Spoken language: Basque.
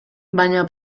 baina